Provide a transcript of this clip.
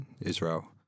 Israel